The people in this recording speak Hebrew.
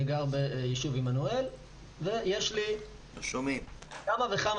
אני גר בישוב עמנואל ויש לי כמה וכמה